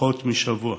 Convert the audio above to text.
בפחות משבוע,